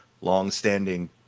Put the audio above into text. long-standing